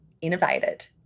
innovated